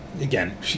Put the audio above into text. again